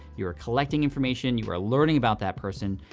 you are collecting information. you are learning about that person,